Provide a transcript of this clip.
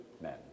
men